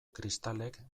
kristalek